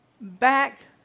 back